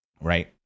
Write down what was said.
right